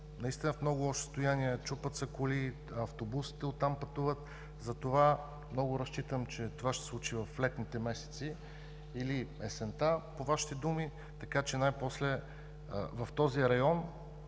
център. В много лошо състояние е – чупят се коли, автобусите оттам пътуват, затова много разчитам, че това ще се случи в летните месеци или есента, по Вашите думи, така че най-после в този район